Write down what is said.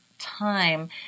time